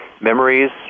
memories